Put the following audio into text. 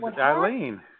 Eileen